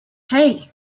hey